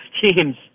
teams